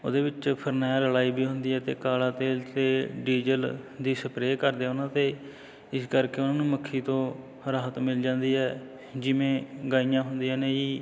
ਉਹਦੇ ਵਿੱਚ ਫਰਨੈਲ ਰਲਾਈ ਵੀ ਹੁੰਦੀ ਹੈ ਅਤੇ ਕਾਲਾ ਤੇਲ ਅਤੇ ਡੀਜ਼ਲ ਦੀ ਸਪਰੇਅ ਕਰਦੇ ਹਾਂ ਉਹਨਾਂ 'ਤੇ ਇਸ ਕਰਕੇ ਉਹਨਾਂ ਨੂੰ ਮੱਖੀ ਤੋਂ ਰਾਹਤ ਮਿਲ ਜਾਂਦੀ ਹੈ ਜਿਵੇਂ ਗਾਂਈਆਂ ਹੁੰਦੀਆਂ ਨੇ ਜੀ